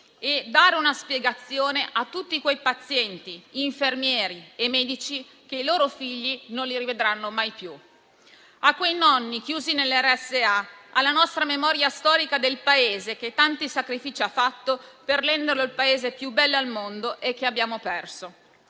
e dare una spiegazione a tutti quei pazienti, infermieri e medici che i loro figli non li rivedranno mai più. Lo dobbiamo a quei nonni chiusi nelle RSA, alla memoria storica del Paese che tanti sacrifici ha fatto per renderlo il più bello del mondo e che abbiamo perso.